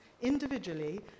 individually